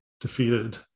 defeated